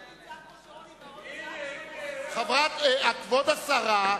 אם אנחנו נצעק כמו שרוני בר-און צעק, כבוד השרה.